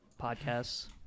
podcasts